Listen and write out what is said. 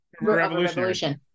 revolution